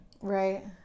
right